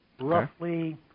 roughly